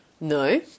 No